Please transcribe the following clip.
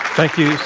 thank you,